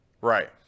Right